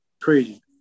Crazy